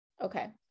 Okay